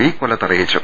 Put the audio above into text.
P കൊല്ലത്ത് അറിയിച്ചു